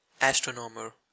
Astronomer